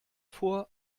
vor